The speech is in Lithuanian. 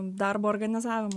darbo organizavimo